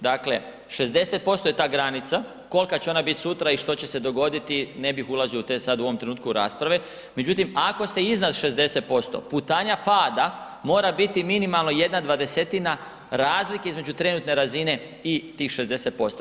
Dakle, 60% je ta granica, koliko će ona biti sutra i što će se dogoditi ne bih ulazio u te sad u ovom trenutku rasprave, međutim ako ste iznad 60% putanja pada, mora biti minimalno 1/20-tina razlike između trenutne razine i tih 60%